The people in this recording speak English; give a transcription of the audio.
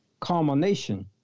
culmination